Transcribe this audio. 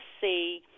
see